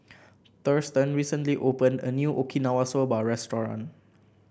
Thurston recently opened a new Okinawa Soba Restaurant